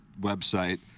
website